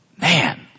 Man